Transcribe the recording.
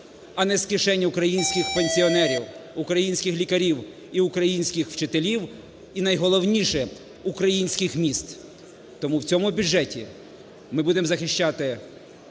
а не з кишень українських пенсіонерів, українських лікарів і українських вчителів, і найголовніше – українських міст. Тому в цьому бюджеті ми будемо захищати